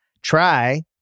Try